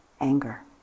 anger